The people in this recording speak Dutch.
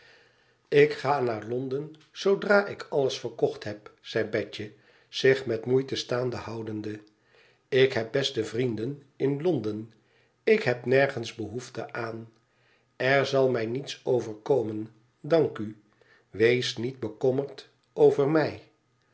ik ga naar londen zoodra ik alles verkocht heb zei betje zich roet moeite staande houdende tik heb beste vrienden in londen ik heb nergens behoefte aan r zal mij niets overkomen dank u weest niet bekommerd over mij